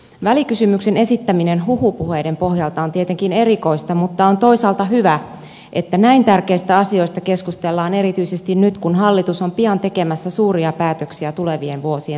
välikysymyksen esittäminen huhupuheiden pohjalta on tietenkin erikoista mutta on toisaalta hyvä että näin tärkeistä asioista keskustellaan erityisesti nyt kun hallitus on pian tekemässä suuria päätöksiä tulevien vuosien talouslinjauksista